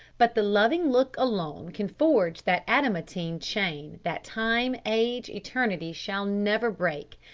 but the loving look alone can forge that adamantine chain that time, age, eternity, shall never break.